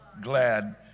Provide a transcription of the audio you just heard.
glad